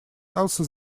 also